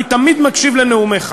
אני תמיד מקשיב לנאומיך